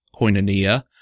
koinonia